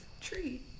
tree